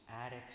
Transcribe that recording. attics